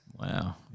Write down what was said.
Wow